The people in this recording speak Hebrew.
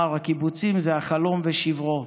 אמר: הקיבוצים הם החלום ושברו: